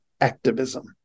activism